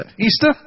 Easter